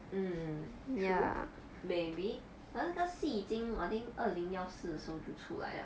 mm true maybe but 那个戏已经 I think 二零幺四的时候就出来了